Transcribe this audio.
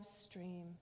stream